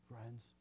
friends